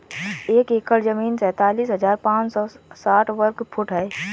एक एकड़ जमीन तैंतालीस हजार पांच सौ साठ वर्ग फुट है